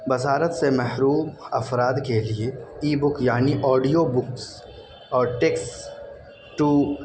بصارت سے محروم افراد کے لیے ای بک یعنی آڈیو بکس اور ٹیکس ٹو